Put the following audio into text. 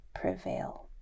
prevail